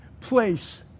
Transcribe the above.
place